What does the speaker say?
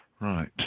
Right